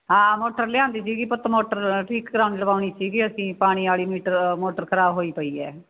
ਹਾਂ ਮੋਟਰ ਲਿਆਉਂਦੀ ਸੀਗੀ ਪੁੱਤ ਮੋਟਰ ਠੀਕ ਕਰਾ ਲਗਵਾਉਣੀ ਸੀਗੀ ਅਸੀਂ ਪਾਣੀ ਵਾਲੀ ਮੀਟਰ ਮੋਟਰ ਖ਼ਰਾਬ ਹੋਈ ਪਈ ਹੈ